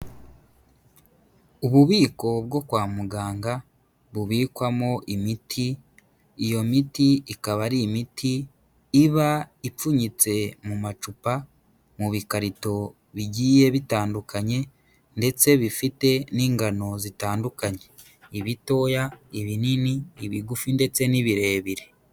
Ububiko bwo kwa muganga, bubikwamo imiti, iyo miti ikaba ari imiti iba ipfunyitse mu macupa, mu bikarito bigiye bitandukanye ndetse bifite n'ingano zitandukanye, ibitoya ibinini, ibigufi ndetse n'ibirebire.